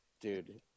Dude